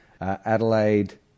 Adelaide